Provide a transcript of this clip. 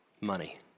money